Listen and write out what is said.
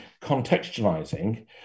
contextualizing